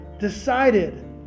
decided